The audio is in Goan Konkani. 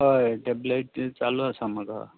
हय टॅब्लेट चालू आसा म्हाका